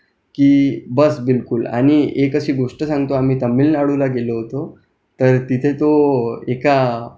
की बस बिलकूल आणि एक अशी गोष्ट सांगतो आम्ही तामीळनाडूला गेलो होतो तर तिथे तो एका